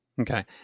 Okay